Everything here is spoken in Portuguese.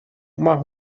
uma